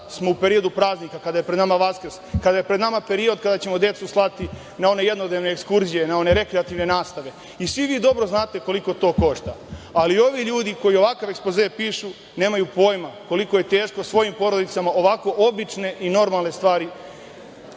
sada u periodu praznika, kada je pred nama Vaskrs, kada je pred nama period kada ćemo decu slati na one jednodnevne ekskurzije, na one rekreativne nastave i svi vi dobro znate koliko to košta. Ali, ovi ljudi koji ovakav ekspoze pišu, nemaju pojma koliko je teško svojim porodicama ovako obične i normalne stvari